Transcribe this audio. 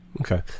Okay